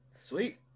Sweet